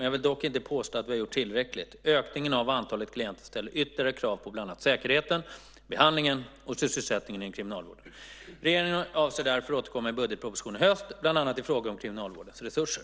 Jag vill dock inte påstå att vi har gjort tillräckligt. Ökningen av antalet klienter ställer ytterligare krav på bland annat säkerheten, behandlingen och sysselsättningen inom kriminalvården. Regeringen avser därför att återkomma i budgetpropositionen i höst, bland annat i fråga om kriminalvårdens resurser.